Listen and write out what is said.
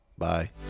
Bye